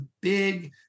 big